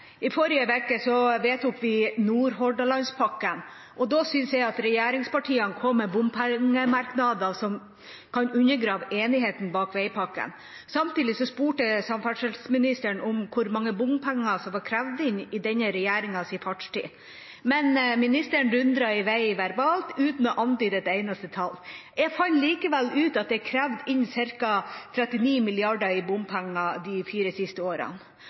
I forrige uke vedtok vi Nordhordlandspakken. Da synes jeg at regjeringspartiene kom med bompengemerknader som kan undergrave enigheten bak veipakken. Samtidig spurte jeg samferdselsministeren om hvor mye bompenger som var krevd inn i denne regjeringens fartstid. Men ministeren dundret i vei verbalt uten å antyde et eneste tall. Jeg fant likevel ut at det er krevd inn ca. 39 mrd. kr i bompenger de fire siste årene.